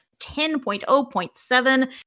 10.0.7